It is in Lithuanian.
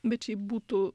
bet šiaip būtų